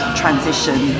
transition